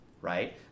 right